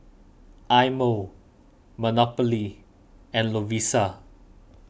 Eye Mo Monopoly and Lovisa